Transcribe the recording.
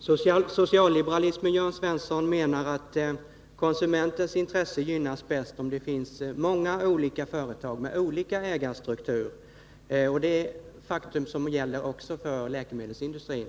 Herr talman! Socialliberalismen menar, Jörn Svensson, att konsumenternas intresse gynnas bäst om det finns många olika företag med olika ägarstrukturer. Det är ett faktum som gäller också läkemedelsindustrin.